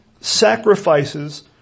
sacrifices